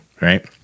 right